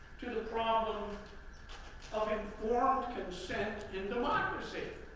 to the problem of informed consent in democracy.